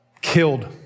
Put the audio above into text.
killed